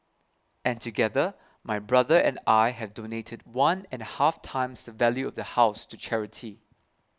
and together my brother and I have donated one and a half times the value of the house to charity